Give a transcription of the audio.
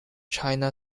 china